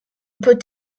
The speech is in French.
peut